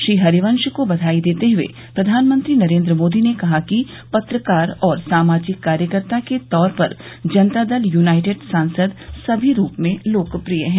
श्री हरिवंश को बधाई देते हए प्रधानमंत्री नरेंद्र मोदी ने कहा कि पत्रकार और सामाजिक कार्यकर्ता के तौर पर जनता दल यूनाइटेड सांसद सभी रूप में लोकप्रिय है